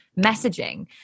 messaging